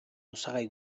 osagai